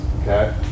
okay